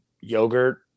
yogurt